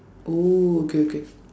oh okay okay